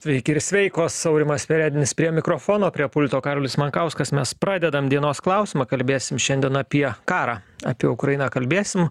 sveiki ir sveikos aurimas perednis prie mikrofono prie pulto karolis mankauskas mes pradedam dienos klausimą kalbėsim šiandien apie karą apie ukrainą kalbėsim